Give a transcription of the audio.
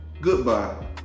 Goodbye